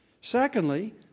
Secondly